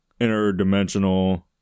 interdimensional